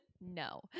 No